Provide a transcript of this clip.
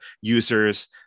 users